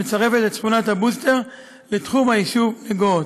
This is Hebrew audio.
המצרפת את שכונת הבוסטר לתחום היישוב נגוהות.